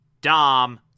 Dom